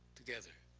together,